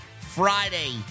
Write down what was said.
Friday